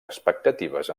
expectatives